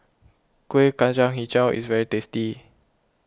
Kuih Kacang HiJau is very tasty